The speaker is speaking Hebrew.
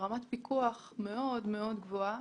מרמת פיקוח מאוד מאוד גבוהה,